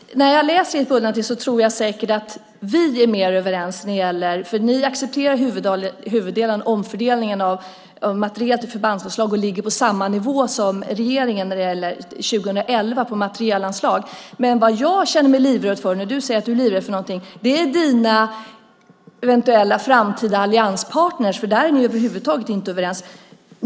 Fru talman! När jag läser Socialdemokraternas budgetalternativ, Peter Jonsson, tror jag säkert att vi är mer överens. Ni accepterar ju huvuddelen av omfördelningarna av materiel till förbandsanslag och ligger på samma nivå som regeringen för materielanslagen 2011. Men jag är livrädd - du säger att du är livrädd - för dina eventuella framtida allianspartner. Ni är ju över huvud taget inte överens.